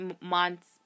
month's